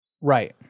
Right